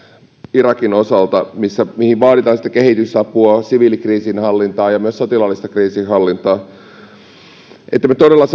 irakin osalta mihin vaaditaan sitä kehitysapua siviilikriisinhallintaa ja myös sotilaallista kriisinhallintaa että me todella